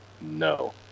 no